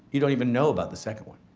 you don't even know about the second one.